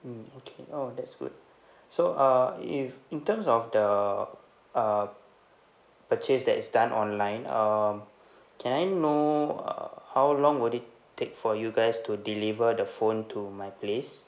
mm okay oh that's good so uh if in terms of the uh purchase that is done online um can I know uh how long would it take for you guys to deliver the phone to my place